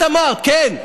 את אמרת, כן.